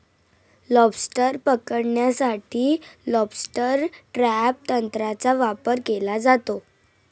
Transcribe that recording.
lobster पकडण्यासाठी lobster trap तंत्राचा वापर केला जातो